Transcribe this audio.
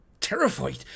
terrified